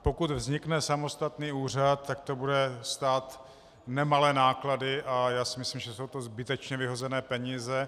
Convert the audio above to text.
Pokud vznikne samostatný úřad, tak to bude stát nemalé náklady a já si myslím, že jsou to zbytečně vyhozené peníze.